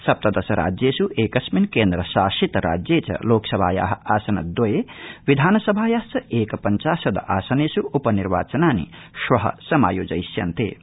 सप्त श राज्येष् एकस्मिन केन्द्र शासित राज्ये च लोकसभाया आसनदवये विधानसभायाश्च एकपञ्चाशद आसनेष् उपनिर्वाचनानि श्व समायोजयिष्यन्ते